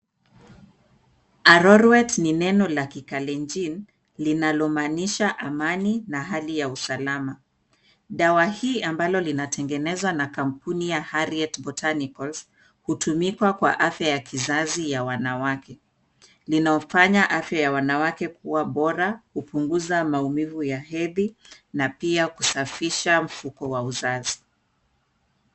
Arorwet ni neno la Kikalenjin, linalomaanisha amani na hali ya usalama. Dawa hii ambalo linatengenezwa na kampuni ya Harriet Botanicals hutumikwa kwa afya ya kizazi ya wanawake. Linafanya afya ya wanawake kuwa bora kupunguza maumivu ya hedhi na pia kusafisha mfuko wa uzazi.